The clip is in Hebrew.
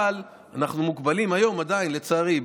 אבל אנחנו עדיין מוגבלים היום, לצערי,